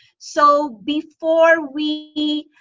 so before we